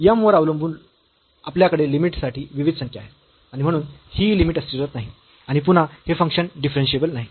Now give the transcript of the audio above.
m वर अवलंबून आपल्याकडे लिमिट साठी विविध संख्या आहेत आणि म्हणून ही लिमिट अस्तित्वात नाही आणि पुन्हा हे फंक्शन डिफरन्शियेबल नाही